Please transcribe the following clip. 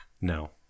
no